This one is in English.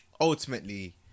ultimately